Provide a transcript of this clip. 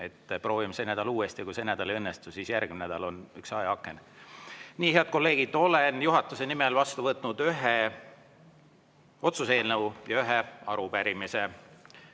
Proovime sel nädalal uuesti ja kui see nädal ei õnnestu, siis järgmine nädal on üks ajaaken. Nii, head kolleegid, olen juhatuse nimel vastu võtnud ühe otsuse eelnõu ja ühe arupärimise.